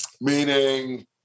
Meaning